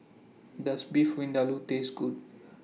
Does Beef Vindaloo Taste Good